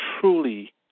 truly